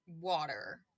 water